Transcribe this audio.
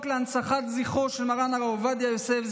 להנצחת זכרו של מרן הרב עובדיה יוסף,